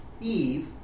Eve